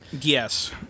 Yes